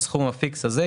בסכום ה-פיקס הזה,